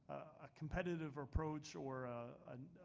a competitive approach or a